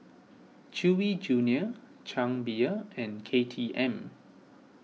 Chewy Junior Chang Beer and K T M